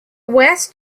west